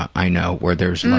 i know, where there's